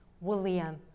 William